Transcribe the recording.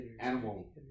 animal